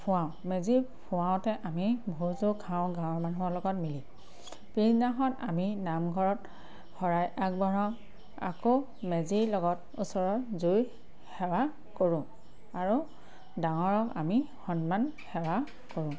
ফোৱাওঁ মেজি ফোৱাওঁতে আমি ভোজো খাওঁ গাঁৱৰ মানুহৰ লগত মিলি পিছদিনাখনত আমি নামঘৰত শৰাই আগবঢ়াও আকৌ মেজিৰ লগত ওচৰৰ জুই সেৱা কৰোঁ আৰু ডাঙৰক আমি সন্মান সেৱা কৰোঁ